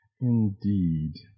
Indeed